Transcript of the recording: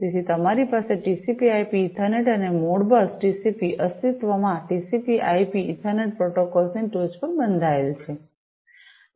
તેથી તમારી પાસે ટીસીપીઆઈપીTCPIP ઇથરનેટઅને મોડબસ ટીસીપી અસ્તિત્વમાંના ટીસીપી આઈપી ઇથરનેટ પ્રોટોકોલ્સ ની ટોચ પર બંધાયેલ છે